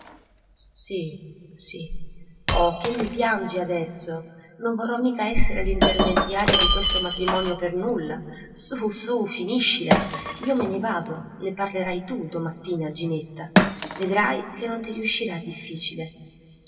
sì sì o che mi piangi adesso non vorrò mica essere l'intermediario di questo matrimonio per nulla su su finiscila io me ne vado ne parlerai tu domattina a ginetta vedrai che non ti riuscirà difficile